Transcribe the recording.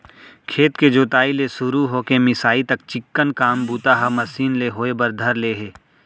खेत के जोताई ले सुरू हो के मिंसाई तक चिक्कन काम बूता ह मसीन ले होय बर धर ले हे